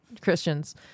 Christians